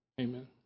amen